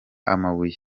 amabuye